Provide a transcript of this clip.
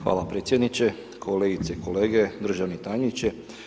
Hvala predsjedniče, kolegice i kolege, državni tajniče.